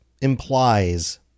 implies